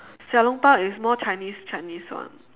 xiao-long-bao is more chinese chinese one